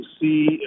see